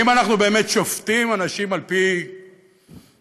האם אנחנו באמת שופטים אנשים על פי מעשיהם,